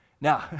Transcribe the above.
Now